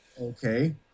Okay